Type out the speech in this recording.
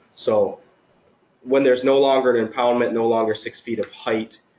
so when there's no longer an impoundment, no longer six feet of height,